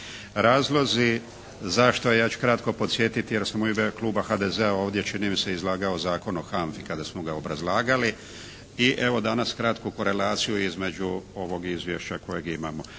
Razlozi zašto, ja ću kratko podsjetiti jer sam u ime kluba HDZ-a čini mi se izlagao Zakon o HANFA-i kada smo ga obrazlagali, i evo danas kratku korelaciju između ovog izvješća kojeg imamo.